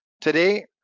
Today